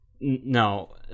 no